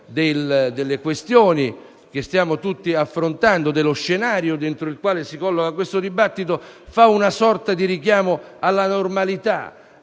delle questioni che stiamo tutti affrontando, dello scenario dentro il quale si colloca questo dibattito, fa una sorta di richiamo alla normalità.